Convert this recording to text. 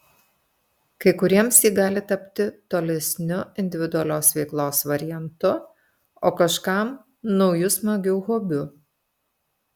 kai kuriems ji gali tapti tolesniu individualios veiklos variantu o kažkam nauju smagiu hobiu